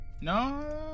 No